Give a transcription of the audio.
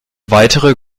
weitere